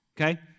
Okay